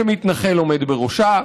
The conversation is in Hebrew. שמתנחל עומד בראשה,